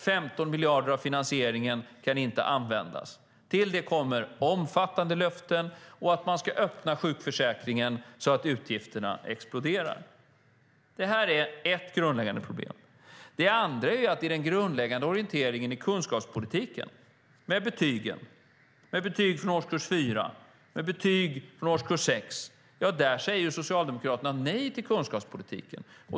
15 miljarder av finansieringen kan inte användas. Till det kommer omfattande löften om att man ska öppna sjukförsäkringen så att utgifterna exploderar. Det här är ett grundläggande problem. Det andra är att i den grundläggande orienteringen i kunskapspolitiken, med betyg från årskurs 4, med betyg från årskurs 6, säger Socialdemokraterna nej.